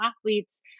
athletes